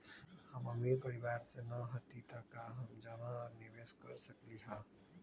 हम अमीर परिवार से न हती त का हम जमा और निवेस कर सकली ह?